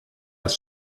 das